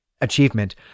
achievement